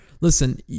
listen